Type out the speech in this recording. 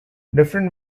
different